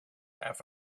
half